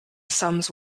sums